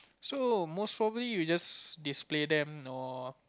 so most probably you just display them or